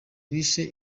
bishe